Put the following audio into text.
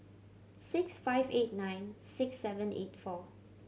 six five eight nine six seven eight four